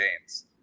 James